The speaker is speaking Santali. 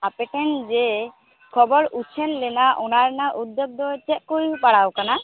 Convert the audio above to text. ᱟᱯᱮᱴᱷᱮᱱ ᱡᱮ ᱠᱷᱚᱵᱚᱨ ᱩᱪᱷᱟᱹᱱ ᱞᱮᱱᱟ ᱚᱱᱟ ᱨᱮᱱᱟᱜ ᱩᱫᱽᱫᱮᱠ ᱫᱚ ᱪᱮᱫᱠᱚ ᱦᱩᱭᱵᱟᱲᱟ ᱟᱠᱟᱱᱟ